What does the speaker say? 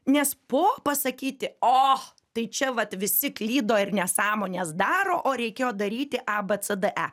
nes po pasakyti och tai čia vat visi klydo ir nesąmones daro o reikėjo daryti a b c d e